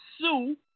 sue